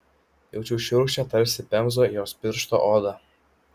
jaučiau šiurkščią tarsi pemza jos pirštų odą